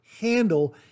handle